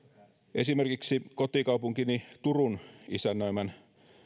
esimerkiksi kotikaupunkini turun isännöimän